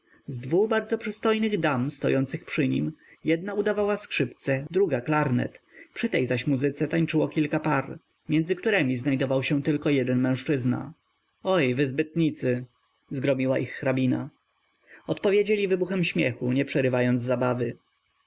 z dwu bardzo przystojnych dam stojących przy nim jedna udawała skrzypce druga klarnet przy tej zaś muzyce tańczyło kilka par między któremi znajdował się tylko jeden mężczyzna oj wy zbytnicy zgromiła ich hrabina odpowiedzieli wybuchem śmiechu nie przerywając zabawy